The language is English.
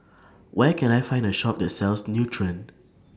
Where Can I Find A Shop that sells Nutren